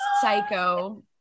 psycho